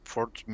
Fort